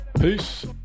peace